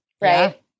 right